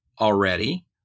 already